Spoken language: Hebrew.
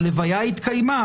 הלוויה התקיימה,